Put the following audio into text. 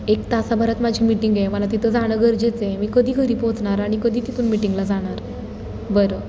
एक तासाभरात माझी मीटिंग आहे मला तिथं जाणं गरजेचं आहे मी कधी घरी पोहोचणार आणि कधी तिथून मिटिंगला जाणार बरं